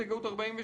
הסתייגות 48: